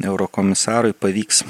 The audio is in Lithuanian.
eurokomisarui pavyks